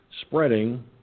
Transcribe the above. spreading